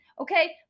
Okay